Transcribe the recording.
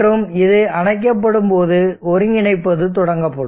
மற்றும் இது அணைக்கப்படும் போது ஒருங்கிணைப்பது தொடங்கப்படும்